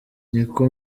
niko